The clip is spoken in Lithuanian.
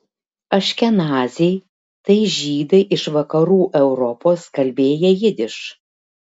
aškenaziai tai žydai iš vakarų europos kalbėję jidiš